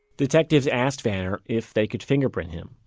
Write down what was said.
detectives asked vanner if they could fingerprint him.